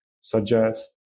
suggest